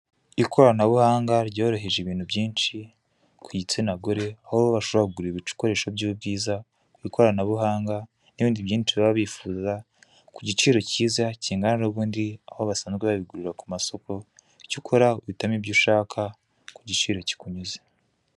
Ikoranabuhanga ryoroheje ibintu byinshi kugitsina gore aho bashobora kugura ibikoresho byubwiza ku ikoranabuhanga nibindi byinshi baba bifuza kugiciro kiza kingana nubundi aho basanzwe babigurira kumasoko icyo ukora uhitamo ibyo ushaka kugiciro kikunyuze.